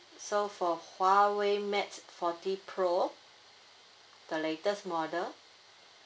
so for huawei mate forty pro the latest model